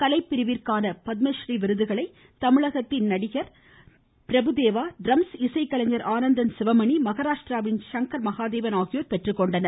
கலைப்பிரிவிற்கான பத்ம ஸ்ரீ விருதுகளை தமிழகத்தின் நடிகர் பிரபுதேவா ட்ரம்ஸ் இசைக்கலைஞர் ஆனந்தன் சிவமணி மகாராஷ்ட்ராவின் சங்கர் மகாதேவன் ஆகியோர் பெற்றுக்கொண்டனர்